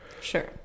Sure